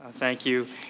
ah thank you.